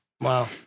Wow